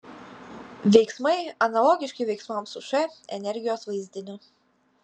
veiksmai analogiški veiksmams su š energijos vaizdiniu